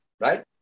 right